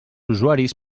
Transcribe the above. usuaris